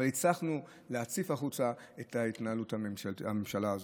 אבל הצלחנו להציף החוצה את התנהלות הממשלה הזאת.